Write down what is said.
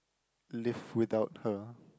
live without her